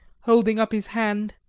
holding up his hand.